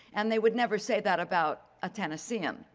and they would never say that about a tennesseean.